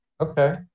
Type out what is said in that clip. Okay